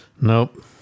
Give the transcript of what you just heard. Nope